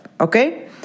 Okay